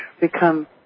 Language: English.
become